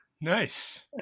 Nice